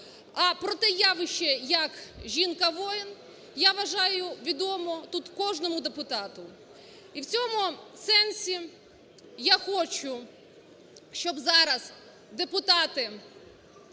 А про те явище, як жінка-воїн, я вважаю, відомо тут кожному депутату. І в цьому сенсі я хочу, щоб зараз депутати